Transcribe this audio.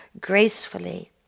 gracefully